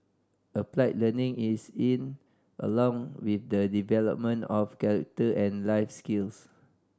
applied learning is in along with the development of character and life skills